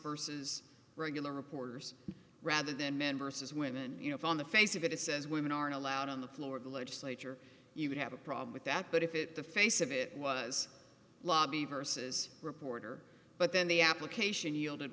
versus regular reporters rather than men versus women you know on the face of it it says women aren't allowed on the floor of the legislature you could have a problem with that but if it the face of it was lobby versus reporter but then the application yielded